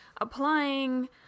applying